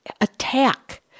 attack